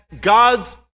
God's